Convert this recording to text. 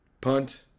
Punt